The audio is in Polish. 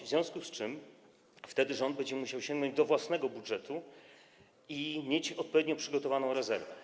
W związku z tym rząd będzie musiał wtedy sięgnąć do własnego budżetu i mieć odpowiednio przygotowaną rezerwę.